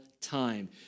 time